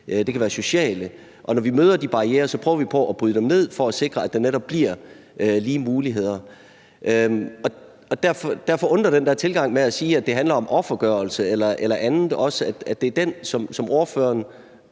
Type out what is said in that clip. det kan være sociale. Og når vi møder de barrierer, prøver vi på at bryde dem ned for at sikre, at der netop bliver lige muligheder. Derfor undrer det mig, at det er den der tilgang med at sige, at det handler om offergørelse eller andet, som ordføreren